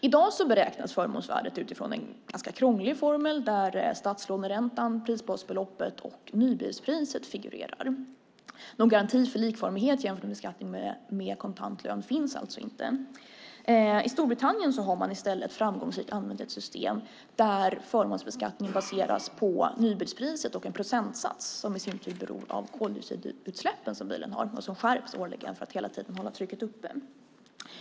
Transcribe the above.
I dag beräknas förmånsvärdet utifrån en ganska krånglig formel där statslåneräntan, prisbasbeloppet och nybilspriset figurerar. Någon garanti för likformighet jämfört med beskattningen av kontant lön finns alltså inte. I Storbritannien har man i stället framgångsrikt använt ett system där förmånsbeskattningen baseras på nybilspriset och en procentsats som i sin tur beror på de koldioxidutsläpp som bilen avger och som skärps årligen för att hela tiden hålla trycket uppe.